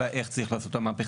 אלא איך צריך לעשות את המהפכה,